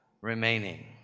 remaining